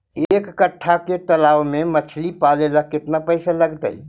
एक कट्ठा के तालाब में मछली पाले ल केतना पैसा लगतै?